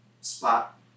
spot